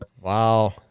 Wow